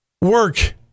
work